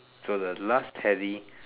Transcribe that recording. so the last Teddy